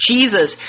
Jesus